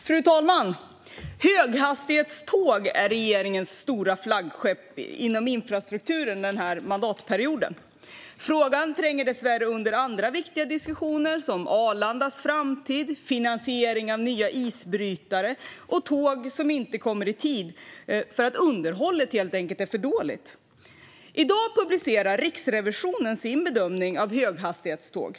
Fru talman! Höghastighetståg är regeringens flaggskepp inom infrastrukturen denna mandatperiod. Frågan tränger dessvärre undan andra viktiga diskussioner som dem om Arlandas framtid, finansiering av nya isbrytare och tåg som inte kommer i tid därför att underhållet helt enkelt är för dåligt. I dag publicerar Riksrevisionen sin bedömning av höghastighetståg.